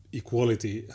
equality